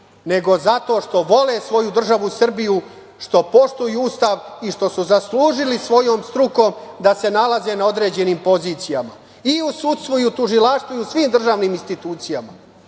nego zato što vole svoju državu Srbiju, što poštuju Ustav i što su zaslužili svojom strukom da se nalaze na određenim pozicijama, i u sudstvu, i u tužilaštvu i u svim državnim institucijama. Danas